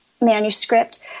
manuscript